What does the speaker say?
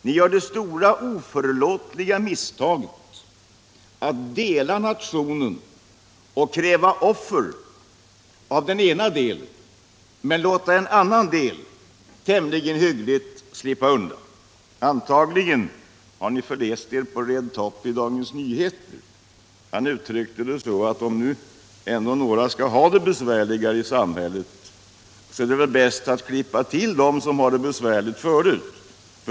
Ni gör det stora, oförlåtliga misstaget att dela nationen och kräva offer av den ena delen men låta en annan del tämligen hyggligt slippa undan. Antagligen har ni förläst er på Red Top i Dagens Nyheter. Han uttryckte det hela så: Om nu ändå några skall ha det besvärligare i samhället är det väl bäst att klippa till dem som har det besvärligt förut.